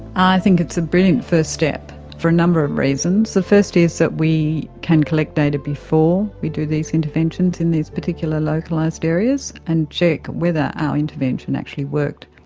i think it's a brilliant first step, for a number of reasons. the first is that we can collect data before we do these interventions in these particular localised areas and check whether our intervention actually worked.